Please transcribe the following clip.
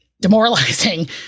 demoralizing